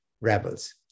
rebels